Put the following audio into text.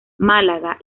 málaga